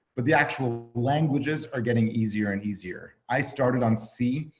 but the actual languages are getting easier and easier. i started on c,